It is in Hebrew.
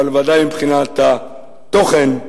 אבל בוודאי מבחינת התוכן,